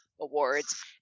awards